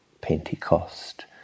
Pentecost